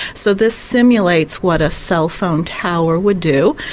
so this simulates what a cell phone tower would do.